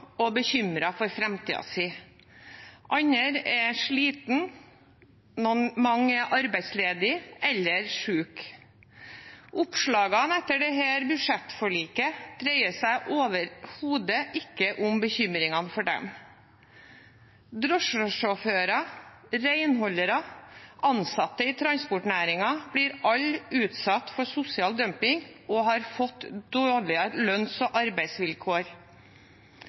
mange er arbeidsledige eller syke. Oppslagene etter dette budsjettforliket dreier seg overhodet ikke om bekymringene for dem. Drosjesjåfører, renholdere og ansatte i transportnæringen blir alle utsatt for sosial dumping og har fått dårligere lønns- og arbeidsvilkår.